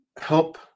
help